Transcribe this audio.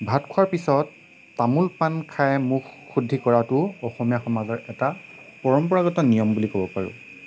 ভাত খোৱাৰ পিছত তামোল পাণ খাই মুখ শুদ্ধি কৰাটো অসমীয়া সমাজৰ এটা পৰম্পৰাগত নিয়ম বুলি ক'ব পাৰোঁ